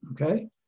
Okay